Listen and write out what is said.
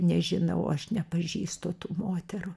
nežinau aš nepažįstu tų moterų